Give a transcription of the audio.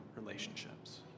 relationships